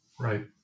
Right